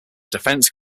defense